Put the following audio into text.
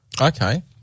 Okay